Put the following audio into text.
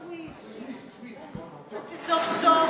סויד, סויד,